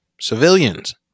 civilians